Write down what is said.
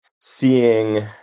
seeing